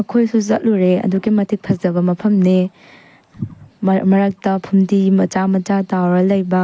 ꯑꯩꯈꯣꯏꯁꯨ ꯆꯠꯂꯨꯔꯦ ꯑꯗꯨꯛꯀꯤ ꯃꯇꯤꯛ ꯐꯖꯕ ꯃꯐꯝꯅꯦ ꯃꯔꯛꯇ ꯐꯨꯝꯗꯤ ꯃꯆꯥ ꯃꯆꯥ ꯇꯥꯎꯔꯒ ꯂꯩꯕ